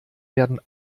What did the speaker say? werden